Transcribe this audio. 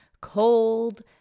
cold